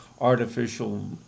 artificial